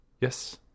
Yes